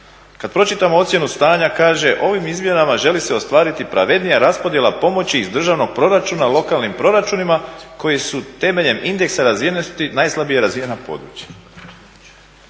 Kad pročitamo ocjenu stanja kaže, ovim izmjenama želi se ostvariti pravednija raspodjela pomoći iz državnog proračuna lokalnim proračunima koji su temeljem indeksa razvijenosti najslabije razvijena područja.